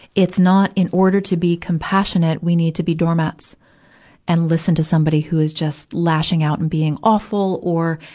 it's not, in order to be compassionate we need to be doormats and listen to somebody who is just lashing out and being awful or,